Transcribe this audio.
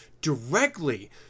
directly